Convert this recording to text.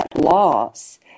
loss